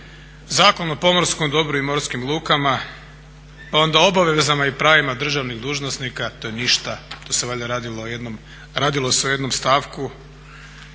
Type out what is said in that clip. Zakon o pomorskom dobru i morskim lukama, pa onda obavezama i pravima državnih dužnosnika. To je ništa, to se valjda radilo o jednom stavku.